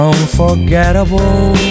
Unforgettable